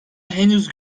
henüz